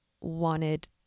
wanted